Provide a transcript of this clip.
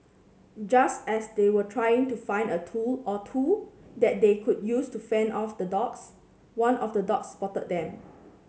just as they were trying to find a tool or two that they could use to fend off the dogs one of the dogs spotted them